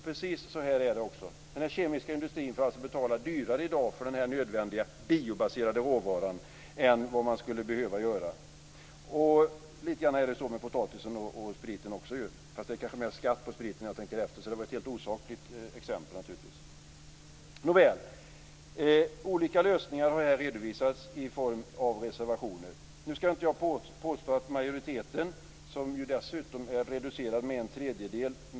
Precis så här är det för den kemiska industrin som alltså får betala ett högre pris för den nödvändiga biobaserade råvaran än vad den skulle behöva göra. Lite grand så är det också med spriten och potatisen. Men när jag tänker efter är det högre skatt på spriten, så det var naturligtvis ett helt osakligt exempel. Nåväl, olika lösningar har redovisats i form av reservationer. Jag skall inte påstå att majoriteten, som är reducerad med en tredjedel, skulle ha funnit den principiellt riktiga eller enda och rätta lösningen.